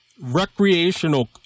recreational